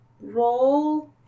Roll